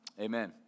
amen